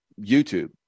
YouTube